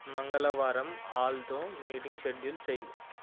మంగళవారం ఆల్తో meeting schedule చేయి